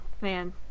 Man